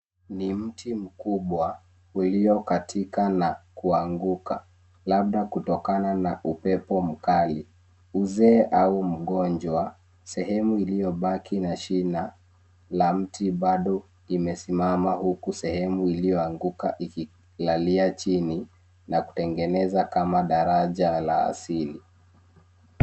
Ni mti mkubwa uliokatika na kuanguka, labda kutokana na upepo mkali, mzee au mgonjwa. Sehemu iliyobaki ya shina la mti bado limesimama huku sehemu iliyoanguka ikilalia chini na kutengeneza kama daraja la asili.